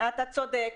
אני מבינה, אתה צודק.